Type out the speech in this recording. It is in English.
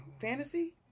Fantasy